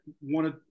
wanted